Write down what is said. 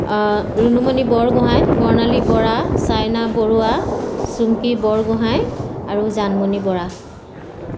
ৰুণুমণি বৰগোহাঁই বৰ্ণালী বৰা চাইনা বৰুৱা চুমকি বৰগোঁহাই আৰু জানমণি বৰা